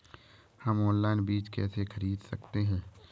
हम ऑनलाइन बीज कैसे खरीद सकते हैं?